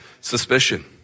suspicion